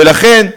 ולכן,